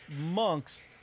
monks